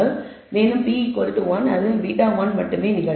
மேலும் p 1 இது β1 மட்டுமே நிகழும்